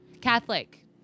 Catholic